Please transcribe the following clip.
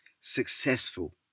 successful